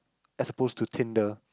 as opposed to Tinder